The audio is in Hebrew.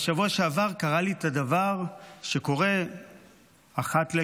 בשבוע שעבר קרה לי דבר שקורה אחת ל-,